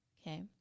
Okay